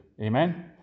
Amen